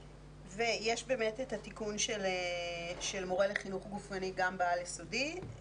יש את התיקון של מורי חינוך גופני גם בעל יסודי.